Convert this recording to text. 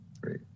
great